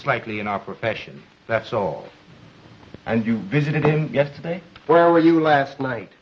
slightly in our profession that's all and you visited him yesterday where were you last night